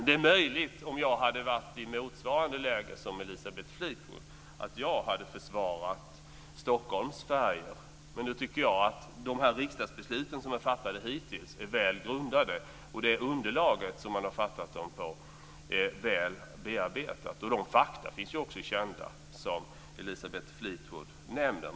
Det är möjligt att jag, om jag hade varit i motsvarande läge som Elisabeth Fleetwood, hade försvarat Stockholms färger. Men jag tycker att de riksdagsbeslut som är fattade hittills är väl grundade och att de underlag som de är fattade på är väl bearbetade. Fakta är ju också kända, som Elisabeth Fleetwood nämner.